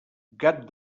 gat